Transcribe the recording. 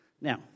Now